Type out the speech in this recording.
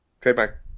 Trademark